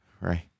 right